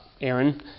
Aaron